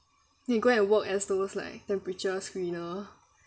then go and work as those like temperature screener